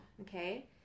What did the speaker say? Okay